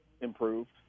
improved